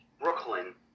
Brooklyn